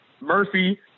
Murphy